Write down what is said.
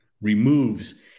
removes